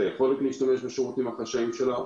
היכולת להשתמש בשירותים החשאיים שלה,